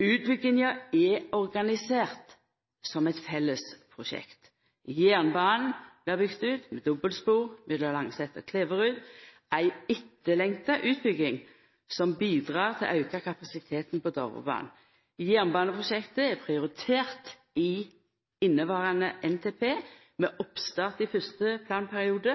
er organisert som eit felles prosjekt. Jernbanen blir bygd ut med dobbeltspor mellom Langset og Kleverud – ei etterlengta utbygging, som bidreg til å auka kapasiteten på Dovrebanen. Jernbaneprosjektet er prioritert i inneverande NTP, med oppstart i fyrste planperiode